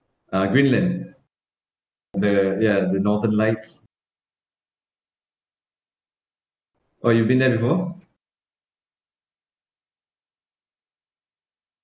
uh greenland the ya the northern lights oh you been there before